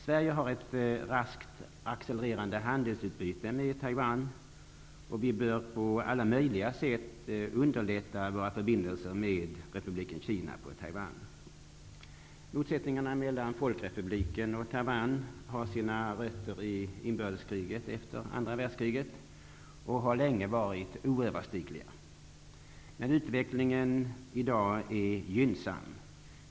Sverige har ett raskt accelererande handelsutbyte med Taiwan. Vi bör på alla möjliga sätt underlätta våra förbindelser med republiken Kina/Taiwan. Motsättningarna mellan folkrepubliken och Taiwan har sina rötter i inbördeskriget efter andra världskriget, och de har länge varit oöverstigliga. Men utvecklingen i dag är gynnsam.